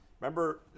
remember